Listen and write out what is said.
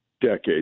Decades